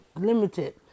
limited